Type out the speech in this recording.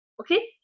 okay